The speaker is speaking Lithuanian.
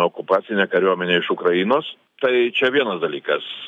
okupacinę kariuomenę iš ukrainos tai čia vienas dalykas